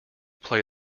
play